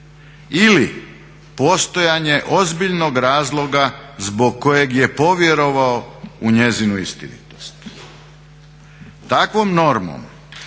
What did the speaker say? ili postojanje ozbiljnog razloga zbog kojeg je povjerovao u njezinu istinitost." Takvom normom